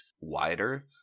wider